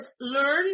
learn